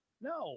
no